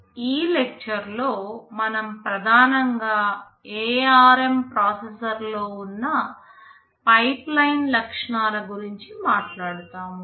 ఈ లెక్చర్ లో మనం ప్రధానంగా ARM ప్రాసెసర్లో ఉన్న పైప్లైన్ లక్షణాల గురించి మాట్లాడుతాము